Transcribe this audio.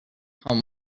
home